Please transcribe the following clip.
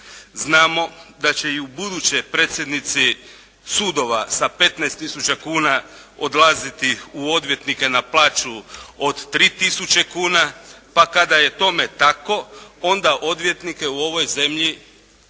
Znamo da će i u buduće predsjednici sudova sa 15000 kuna odlaziti u odvjetnike na plaću od 3000 kuna, pa kada je tome tako onda odvjetnike u ovoj zemlji